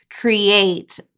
create